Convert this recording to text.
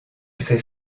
fait